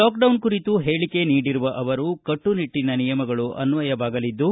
lockdown ಕುರಿತು ಹೇಳಿಕೆ ನೀಡಿರುವ ಅವರು ಕಟ್ಟುನಿಟ್ಟನ ನಿಯಮಗಳು ಅನ್ವಯವಾಗಲಿದ್ದು